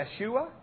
Yeshua